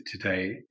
today